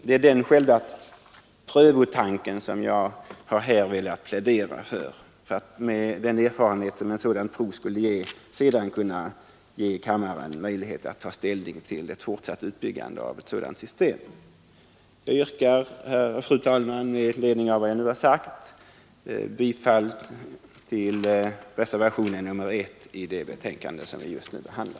Det är själva prövotanken jag har velat plädera för. Med den erfarenhet ett sådant prov skulle ge kunde kammaren sedan få möjlighet att ta ställning till ett fortsatt utbyggande av ett system med avgiftsbelagda vägar. Jag yrkar, fru talman, med anledning av vad jag nu sagt bifall till reservationen 1 i det betänkande vi nu behandlar.